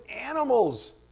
animals